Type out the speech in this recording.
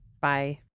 Bye